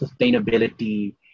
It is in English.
sustainability